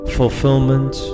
fulfillment